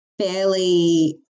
fairly